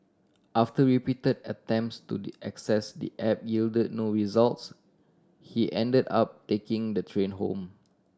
after repeated attempts to the access the app yielded no results he ended up taking the train home